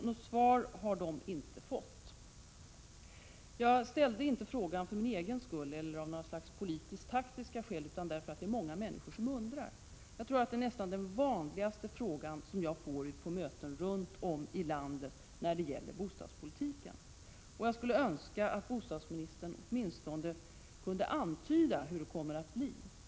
Något svar har de inte fått. Jag ställde inte frågan för min egen skull eller av något slags politisk-taktiska skäl utan därför att det är många människor som undrar. Jag tror nästan det är den vanligaste frågan jag får ute på möten runt om i landet när det gäller bostadspolitiken. Jag skulle önska att bostadsministern åtminstone kunde antyda hur det kommer att bli.